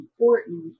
important